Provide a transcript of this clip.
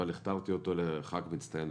אבל הכתרתי אותו לחבר כנסת מצטיין בוועדה.